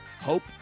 hope